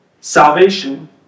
salvation